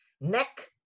Neck